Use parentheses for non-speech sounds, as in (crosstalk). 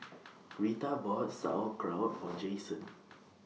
(noise) Rita bought Sauerkraut For Jayson